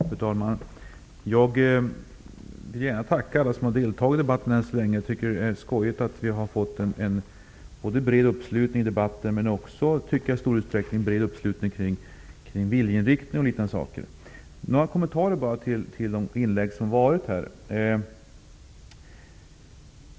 Fru talman! Jag vill gärna tacka alla som har deltagit i debatten än så länge. Det är skojigt att vi har fått en bred uppslutning i debatten och att vi dessutom i stor utsträckning har fått en bred uppslutning kring viljeinriktning och liknande saker. Jag vill göra några kommentarer till de inlägg som har gjorts.